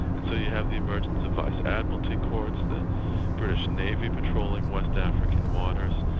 and so you have the emergence of vice admiralty courts, the british navy patrolling west african waters,